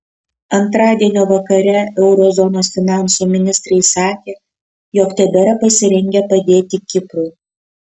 antradienio vakare euro zonos finansų ministrai sakė jog tebėra pasirengę padėti kiprui